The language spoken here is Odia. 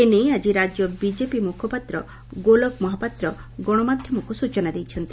ଏ ନେଇ ଆକି ରାକ୍ୟ ବିଜେପିର ମୁଖପାତ୍ର ଗୋଲକ ମହାପାତ୍ର ଗଣମାଧ୍ଧମକୁ ସୂଚନା ଦେଇଛନ୍ତି